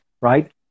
right